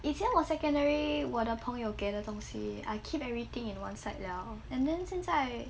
以前我 secondary 我的朋友给的东西 I keep everything in one side liao and then 现在